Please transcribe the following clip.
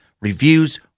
reviews